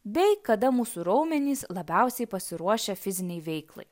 bei kada mūsų raumenys labiausiai pasiruošę fizinei veiklai